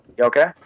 Okay